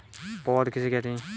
पौध किसे कहते हैं?